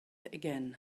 again